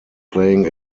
playing